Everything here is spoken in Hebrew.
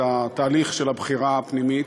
את התהליך של הבחירה הפנימית,